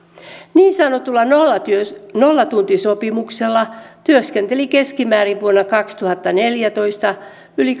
niin sanotulla nollatuntisopimuksella työskenteli vuonna kaksituhattaneljätoista keskimäärin yli